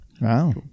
wow